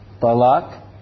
Balak